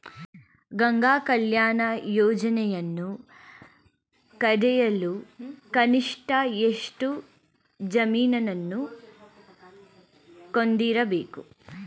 ಗಂಗಾ ಕಲ್ಯಾಣ ಯೋಜನೆಯನ್ನು ಪಡೆಯಲು ಕನಿಷ್ಠ ಎಷ್ಟು ಜಮೀನನ್ನು ಹೊಂದಿರಬೇಕು?